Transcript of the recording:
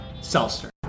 seltzer